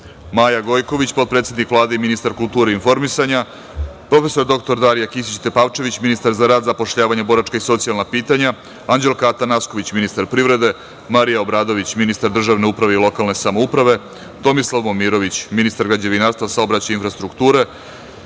Maja Gojković, potpredsednik Vlade i ministar kulture i informisanja, prof. dr Darija Kisić Tepavčević, ministar za rad, zapošljavanje, boračka i socijalna pitanja, Anđelka Atanasković, ministar privrede, Marija Obradović, ministar državne uprave i lokalne samouprave, Tomislav Momirović, ministar građevinarstva, saobraćaja i infrastrukture,